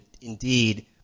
indeed